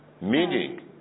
meaning